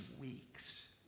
weeks